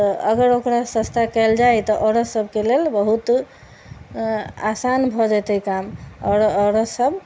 तऽ अगर ओकरा सस्ता कयल जाइ तऽ औरत सबके लेल बहुत आसान भऽ जेतै काम आओर औरत सब